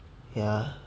ya